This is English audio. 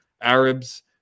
Arabs